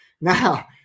Now